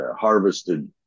harvested